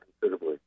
considerably